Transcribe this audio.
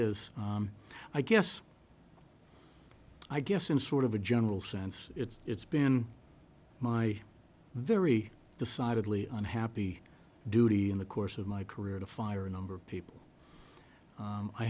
is i guess i guess in sort of a general sense it's been my very decidedly unhappy duty in the course of my career to fire a number of people